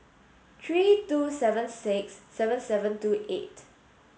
three two seven six seven seven two eight